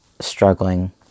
struggling